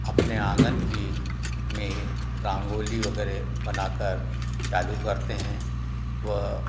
अपने आँगन की में रंगोली वगैरह बनाकर चालू करते हैं व